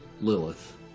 Lilith